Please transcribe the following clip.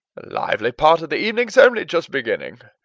lively part of the evening is only just beginning.